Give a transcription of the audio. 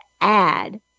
add